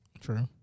True